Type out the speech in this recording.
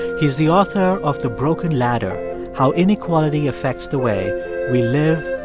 he's the author of the broken ladder how inequality affects the way we live,